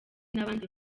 n’abandi